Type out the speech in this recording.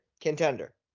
Contender